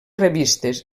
revistes